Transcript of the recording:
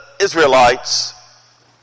Israelites